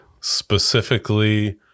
specifically